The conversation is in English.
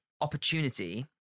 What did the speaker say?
opportunity